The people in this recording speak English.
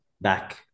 back